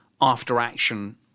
after-action